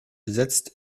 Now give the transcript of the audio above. setzt